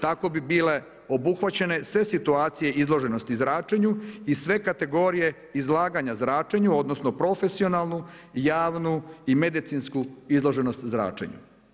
Tako bi bile obuhvaćene sve situacije izloženosti zračenju i sve kategorije izlaganja zračenju odnosno profesionalnu, javnu i medicinsku izloženost zračenju.